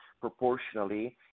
proportionally